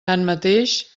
tanmateix